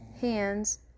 hands